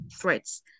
threats